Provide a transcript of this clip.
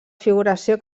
figuració